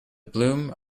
bloom